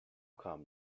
kam